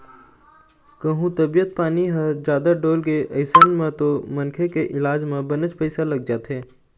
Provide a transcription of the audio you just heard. कहूँ तबीयत पानी ह जादा डोलगे अइसन म तो मनखे के इलाज म बनेच पइसा लग जाथे